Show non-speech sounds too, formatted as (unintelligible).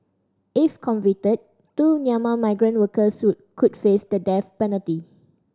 if convicted two Myanmar migrant workers (unintelligible) could face the death penalty